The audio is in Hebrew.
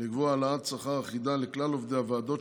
לקבוע העלאת שכר אחידה לכלל עובדי הוועדות,